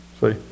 See